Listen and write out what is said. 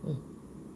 mm